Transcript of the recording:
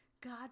God